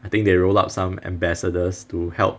I think they rolled up some ambassadors to help